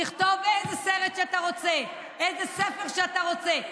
תכתוב איזה סרט שאתה רוצה, איזה ספר שאתה רוצה.